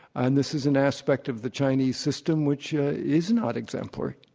and this is an aspect of the chinese system which is not exemplary.